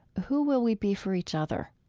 who will we be for each other?